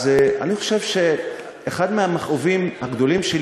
אז אני חושב שאחד מהמכאובים הגדולים שלי